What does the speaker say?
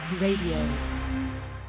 Radio